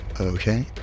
Okay